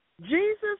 Jesus